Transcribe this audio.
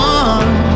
one